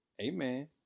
Amen